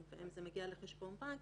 הוא צריך להצהיר לך על חשבון הבנק